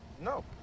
No